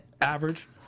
average